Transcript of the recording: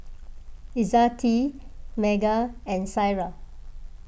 Izzati Megat and Syirah